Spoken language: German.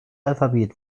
alphabet